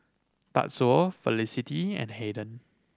Tatsuo Felicity and Haden